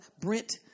Brent